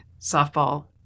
softball